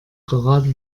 gerade